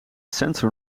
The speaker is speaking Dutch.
sensor